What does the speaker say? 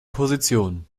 position